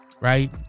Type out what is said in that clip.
Right